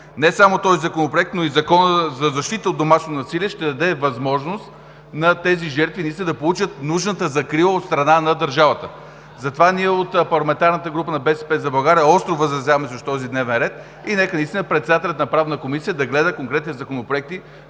Не само този законопроект, но и Законът за защита от домашно насилие ще даде възможност на тези жертви да получат нужната закрила от страна на държавата. Затова ние от парламентарната група на „БСП за България“ остро възразяваме срещу този дневен ред и нека наистина председателят на Правната комисия да гледа конкретни законопроекти,